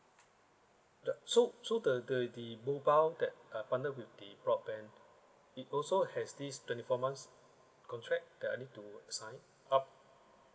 ya so so the the the mobile that ah bundle with the broadband it also has this twenty four months contract that I need to sign up